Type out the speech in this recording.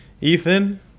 Ethan